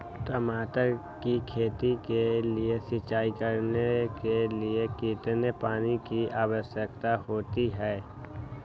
टमाटर की खेती के लिए सिंचाई करने के लिए कितने पानी की आवश्यकता होती है?